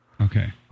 Okay